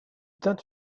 tint